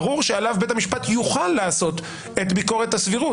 ברור שעליו בית המשפט יוכל לעשות את ביקורת הסבירות.